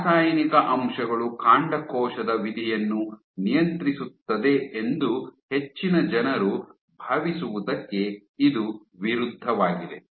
ರಾಸಾಯನಿಕ ಅಂಶಗಳು ಕಾಂಡಕೋಶದ ವಿಧಿಯನ್ನು ನಿಯಂತ್ರಿಸುತ್ತದೆ ಎಂದು ಹೆಚ್ಚಿನ ಜನರು ಭಾವಿಸುವುದಕ್ಕೆ ಇದು ವಿರುದ್ಧವಾಗಿದೆ